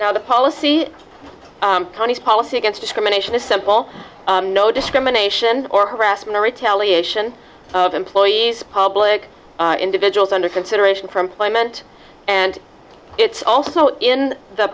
now the policy counties policy against discrimination is simple no discrimination or harassment or retaliation of employees public individuals under consideration for employment and it's also in the